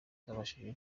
zabashije